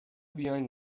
بیاین